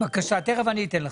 בבקשה, תכף אני אתן לך.